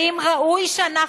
האם ראוי שאנחנו,